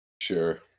Sure